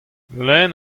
lenn